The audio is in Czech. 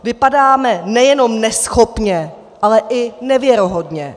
Vypadáme nejenom neschopně, ale i nevěrohodně.